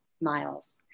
miles